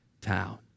town